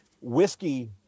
whiskey